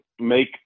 make